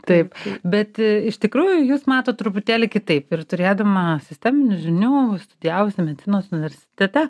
taip bet iš tikrųjų jūs matot truputėlį kitaip ir turėdama sisteminių žinių studijavusi medicinos universitete